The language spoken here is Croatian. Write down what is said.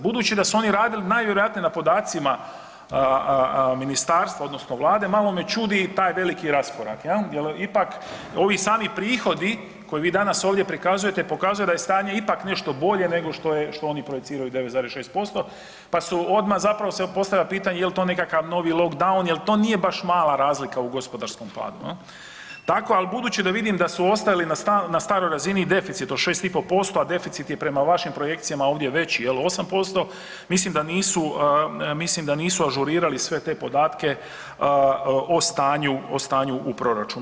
Budući da su oni radili najvjerojatnije na podacima Ministarstva odnosno Vlade malo me čudi taj veliki raskorak jel, jel ipak ovi sami prihodi koje vi danas ovdje prikazujete, pokazuje da je stanje ipak nešto bolje nego što je, što oni projiciraju 9,6%, pa su odmah, zapravo se postavlja pitanje jel to nekakav novi lockdown, jel to nije baš mala razlika u gospodarskom padu jel, tako, al budući da vidim da su ostali na staroj razini i deficit od 6,5% a deficit je prema vašim projekcijama ovdje veći jel, 8%, mislim da nisu, mislim da nisu ažurirali sve te podatke o stanju, o stanju u proračunu.